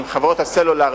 עם חברות הסלולר,